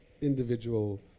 individual